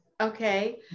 Okay